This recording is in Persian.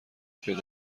پیدا